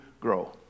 grow